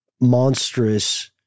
monstrous